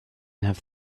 have